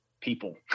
people